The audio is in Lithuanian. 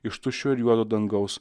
iš tuščio ir juodo dangaus